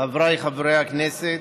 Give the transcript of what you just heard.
חבריי חברי הכנסת,